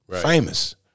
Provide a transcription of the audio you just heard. famous